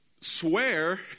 swear